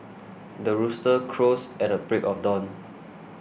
the rooster crows at the break of dawn